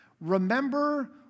Remember